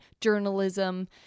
journalism